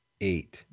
eight